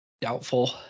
Doubtful